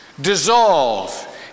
dissolve